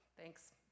Thanks